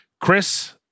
Chris